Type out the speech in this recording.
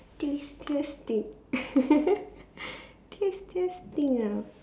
tastiest thing tastiest thing ah